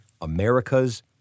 America's